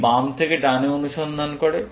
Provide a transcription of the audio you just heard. এটি বাম থেকে ডানে অনুসন্ধান করে